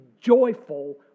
joyful